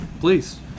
Please